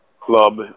club